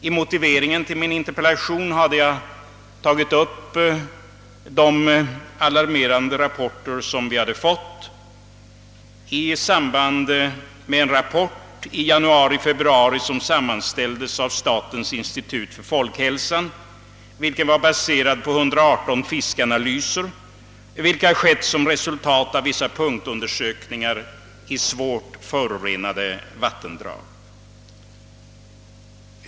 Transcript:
I motiveringen till min interpellation hade jag tagit upp de alarmerande uppgifter som lämnats i en rapport som sammanställts av statens institut för folkhälsan och som avgavs i januari— februari. Rapporten baserades på 118 fiskanalyser från vissa punktundersökningar i svårt förorenade vattendrag.